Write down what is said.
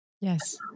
Yes